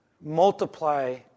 multiply